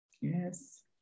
Yes